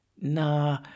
Nah